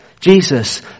Jesus